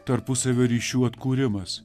tarpusavio ryšių atkūrimas